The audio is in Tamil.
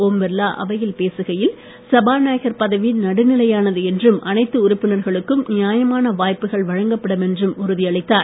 ஓம் பிர்லா அவையில் பேசுகையில் சபாநாயகர் பதவி நடுநிலையானது என்றும் அனைத்து உறுப்பினர்களுக்கும் நியாயமான வாய்ப்புகள் வழங்கப்படும் என்றும் உறுதியளித்தார்